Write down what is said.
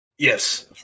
Yes